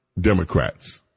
Democrats